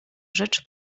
rzecz